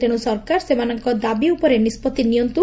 ତେଣୁ ସରକାର ସେମାନଙ୍ଙ ଦାବି ଉପରେ ନିଷ୍ବଭି ନିଅନ୍ତୁ